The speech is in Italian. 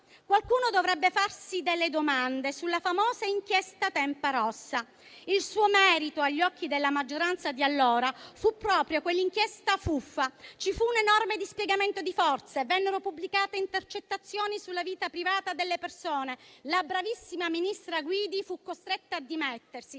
qualcuno dovrebbe farsi delle domande sulla famosa inchiesta Tempa Rossa. Il suo merito, agli occhi della maggioranza di allora, fu proprio quell'inchiesta fuffa. Ci fu un enorme dispiegamento di forze, vennero pubblicate intercettazioni sulla vita privata delle persone, la bravissima ministra Guidi fu costretta a dimettersi,